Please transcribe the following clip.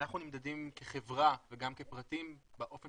אנחנו נמדדים כחברה וגם כפרטים באופן